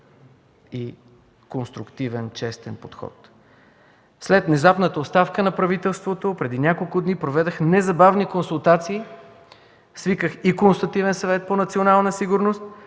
и конструктивен честен подход. След внезапната оставка на правителството преди няколко дни, проведох незабавни консултации, свиках и Консултативния съвет по национална сигурност,